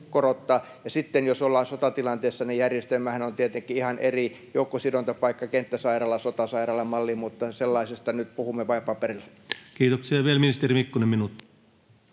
Sitten jos ollaan sotatilanteessa, niin järjestelmähän on tietenkin ihan eri: joukkosidontapaikka, kenttäsairaala, sotasairaala -malli. Mutta sellaisesta nyt puhumme vain paperilla. Kiitoksia. — Vielä ministeri Mikkonen, minuutti.